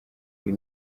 uyu